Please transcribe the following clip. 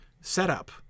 setup